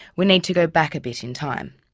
we need to go back a bit in time.